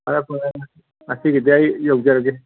ꯐꯔꯦ ꯐꯔꯦ ꯉꯁꯤꯒꯤꯗꯤ ꯑꯩ ꯌꯧꯖꯔꯒꯦ